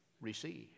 receive